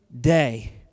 day